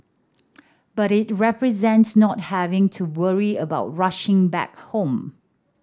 but it represented not having to worry about rushing back home